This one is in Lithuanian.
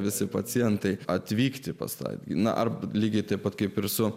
visi pacientai atvykti pas tą na ar lygiai taip pat kaip ir su